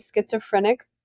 schizophrenic